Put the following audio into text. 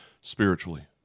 spiritually